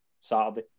Saturday